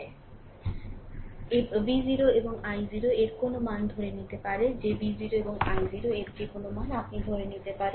V0 এবং i0 এর কোনও মান ধরে নিতে পারে যে V0 এবং i0 এর কোনও মান আপনি ধরে নিতে পারেন